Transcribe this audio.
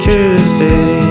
Tuesday